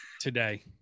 today